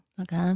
Okay